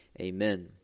Amen